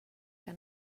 que